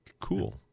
cool